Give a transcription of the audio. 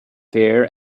fair